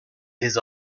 his